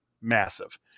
massive